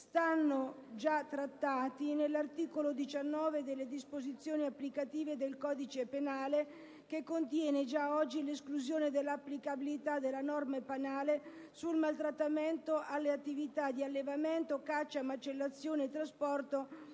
sono già trattati nell'articolo 19-*ter* delle disposizioni di coordinamento per il codice penale, che contiene già oggi l'esclusione dell'applicabilità della norma penale sul maltrattamento alle attività di allevamento, caccia, macellazione e trasporto